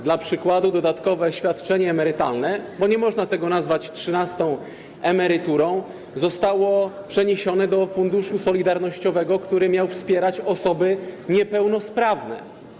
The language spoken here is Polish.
Dla przykładu dodatkowe świadczenie emerytalne - bo nie można tego nazwać trzynastą emeryturą - zostało przeniesione do Funduszu Solidarnościowego, który miał wspierać osoby niepełnosprawne.